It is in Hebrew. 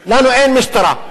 בישראל למי שמתגורר ברצועת-עזה.